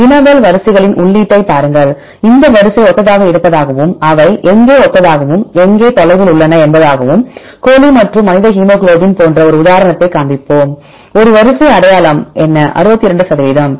வினவல் வரிசைகளின் உள்ளீட்டைப் பாருங்கள் இந்த வரிசை ஒத்ததாக இருப்பதாகவும் அவை எங்கே ஒத்ததாகவும் எங்கு தொலைவில் உள்ளன என்பதாகும் கோழி மற்றும் மனித ஹீமோகுளோபின் போன்ற ஒரு உதாரணத்தைக் காண்பிப்போம் ஒரு வரிசை அடையாளம் என்ன 62 சதவீதம்